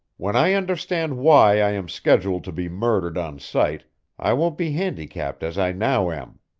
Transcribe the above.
when i understand why i am scheduled to be murdered on sight i won't be handicapped as i now am.